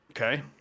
okay